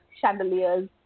chandeliers